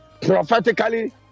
Prophetically